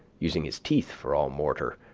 using his teeth for all mortar.